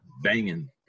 banging